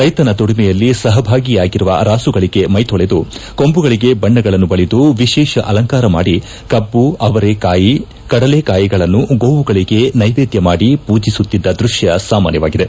ರೈತನ ದುಡಿಮೆಯಲ್ಲಿ ಸಹಭಾಗಿಯಾಗುವ ರಾಸುಗಳಿಗೆ ಮೈ ತೊಳೆದು ಕೊಂಬುಗಳಿಗೆ ಬಣ್ಣಗಳನ್ನು ಬಳಿದು ವಿಶೇಷ ಅಲಂಕಾರ ಮಾಡಿ ಕಬ್ಬು ಅವರೇ ಕಾಯಿ ಕಡಲೇಕಾಯಿಗಳನ್ನು ಗೋವುಗಳಿಗೆ ನೇವೇದ್ಯ ಮಾದಿ ಪೂಜಿಸುತ್ತಿದ್ದ ದೃಶ್ಯ ಸಾಮಾನ್ಯವಾಗಿದೆ